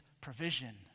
provision